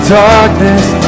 darkness